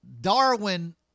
Darwin